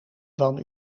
van